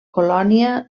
colònia